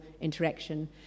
interaction